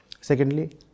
Secondly